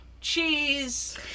cheese